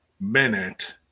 minute